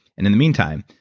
and in the meantime,